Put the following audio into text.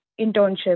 internship